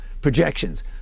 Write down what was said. projections